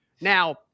Now